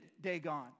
Dagon